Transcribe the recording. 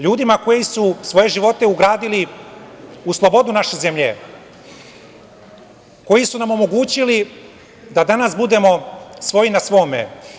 Ljudima koji su svoje živote ugradili u slobodu naše zemlje, koji su omogućili da danas budemo svoji na svome.